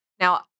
Now